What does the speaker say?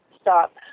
stop